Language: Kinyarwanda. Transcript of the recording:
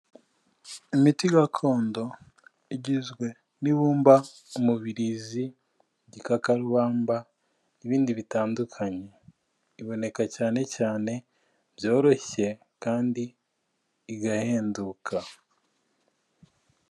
Imiti gakondo igizwe n'ibumba, umubirizi, igikakarubamba n'ibindi bitandukanye iboneka cyane cyane byoroshye kandi igahenduka.